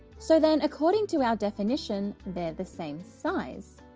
so then according to our definition they're the same size.